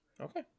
Okay